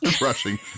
rushing